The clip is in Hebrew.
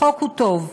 החוק הוא טוב,